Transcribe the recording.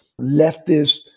leftist